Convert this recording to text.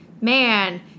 man